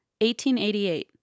1888